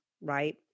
right